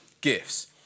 gifts